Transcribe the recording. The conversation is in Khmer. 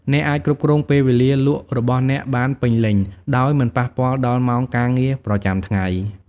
អ្នកអាចគ្រប់គ្រងពេលវេលាលក់របស់អ្នកបានពេញលេញ ដោយមិនប៉ះពាល់ដល់ម៉ោងការងារប្រចាំថ្ងៃ។